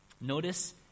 Notice